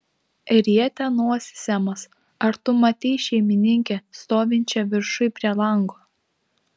rietė nosį semas ar tu matei šeimininkę stovinčią viršuj prie lango